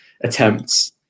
attempts